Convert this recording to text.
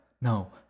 No